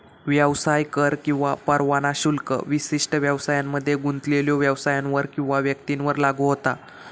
व्यवसाय कर किंवा परवाना शुल्क विशिष्ट व्यवसायांमध्ये गुंतलेल्यो व्यवसायांवर किंवा व्यक्तींवर लागू होता